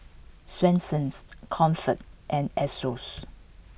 Swensens Comfort and Asos